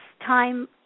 Time